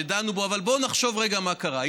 שדנו בו, אבל בואו נחשוב רגע מה קרה.